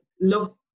love